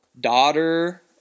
daughter